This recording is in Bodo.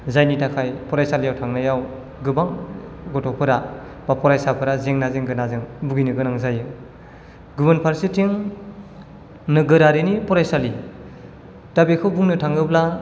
जायनि थाखाय फरायसालियाव थांनायाव गोबां गथ'फोरा बा फरायसाफोरा जेंना जेंगोनाजों भुगिनो गोनां जायो गुबुन फारसेथिं नोगोरारिनि फरायसालि दा बेखौ बुंनो थाङोब्ला